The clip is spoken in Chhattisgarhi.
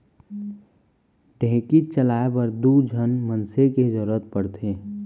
ढेंकीच चलाए बर दू झन मनसे के जरूरत पड़थे